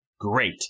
Great